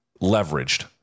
leveraged